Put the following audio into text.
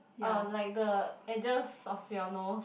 uh like the edges of your nose